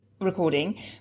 recording